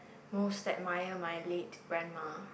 most admire my late grandma